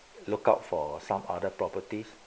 look out for some other properties